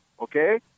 Okay